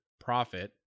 profit